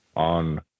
On